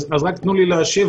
אז רק תנו לי להשיב,